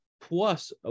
plus